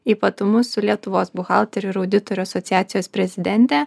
ypatumus su lietuvos buhalterių ir auditorių asociacijos prezidente